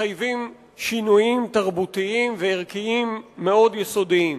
מחייבים שינויים תרבותיים וערכיים מאוד יסודיים.